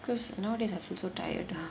because nowadays I feel so tired